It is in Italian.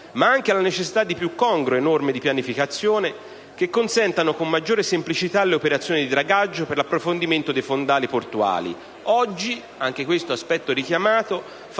ma anche dalla necessità di più congrue norme di pianificazione, che consentano una maggiore semplicità delle operazioni di dragaggio per l'approfondimento dei fondali portuali, oggi - anche questo aspetto è stato